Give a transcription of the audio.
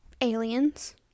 Aliens